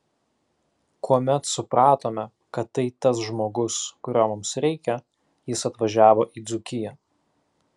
kuomet supratome kad tai tas žmogus kurio mums reikia jis atvažiavo į dzūkiją